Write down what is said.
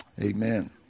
Amen